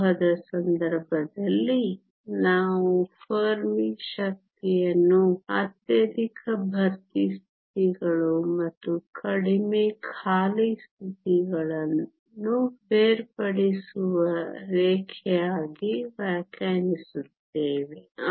ಲೋಹದ ಸಂದರ್ಭದಲ್ಲಿ ನಾವು ಫೆರ್ಮಿ ಶಕ್ತಿಯನ್ನು ಅತ್ಯಧಿಕ ಭರ್ತಿ ಸ್ಥಿತಿಗಳು ಮತ್ತು ಕಡಿಮೆ ಖಾಲಿ ಸ್ಥಿತಿಯನ್ನು ಬೇರ್ಪಡಿಸುವ ರೇಖೆಯಾಗಿ ವ್ಯಾಖ್ಯಾನಿಸುತ್ತೇವೆ